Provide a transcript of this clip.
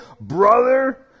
brother